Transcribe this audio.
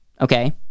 Okay